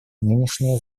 нынешнее